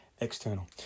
external